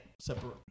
separate